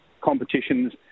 competitions